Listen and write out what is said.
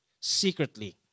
secretly